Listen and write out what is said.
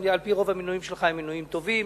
על-פי רוב המינויים שלך הם מינויים טובים.